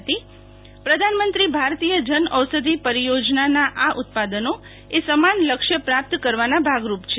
પ્રધાનમંત્રી ભારતીય જનઔષધી પરિચોજના નાં આ ઉત્પાદનો એ સમાન લક્ષ્ય પ્રાપ્ત કરવાના ભાગરૂપ છે